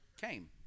came